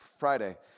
Friday